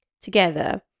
together